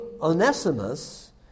Onesimus